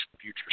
future